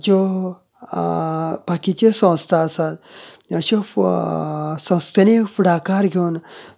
ज्यो बाकीच्यो संस्था आसात अश्यो संस्थेनी फुडाकार घेवन